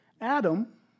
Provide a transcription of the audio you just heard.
Adam